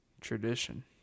tradition